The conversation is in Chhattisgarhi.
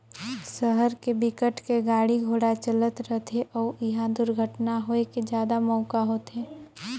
सहर के बिकट के गाड़ी घोड़ा चलत रथे अउ इहा दुरघटना होए के जादा मउका होथे